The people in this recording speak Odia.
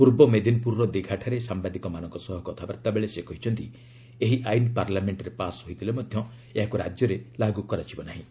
ପୂର୍ବ ମେଦିନପୁରର ଦିଘାଠାରେ ସାମ୍ବାଦିକମାନଙ୍କ ସହ କଥାବାର୍ତ୍ତା ବେଳେ ସେ କହିଛନ୍ତି ଏହି ଆଇନ୍ ପାର୍ଲାମେଣ୍ଟରେ ପାସ୍ ହୋଇଥିଲେ ମଧ୍ୟ ଏହାକୁ ରାଜ୍ୟରେ ଲାଗୁ କରାଯିବ ନାହିଁ